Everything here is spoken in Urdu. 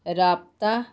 رابطہ